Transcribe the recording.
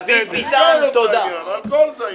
הסיגריות זה העניין, האלכוהול זה העניין.